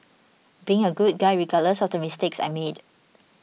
being a good guy regardless of the mistakes I made